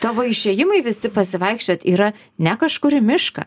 tavo išėjimai visi pasivaikščiot yra ne kažkur į mišką